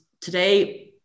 today